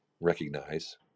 recognize